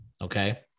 okay